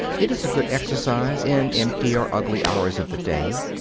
it is a good exercise, in empty or ugly hours of the day,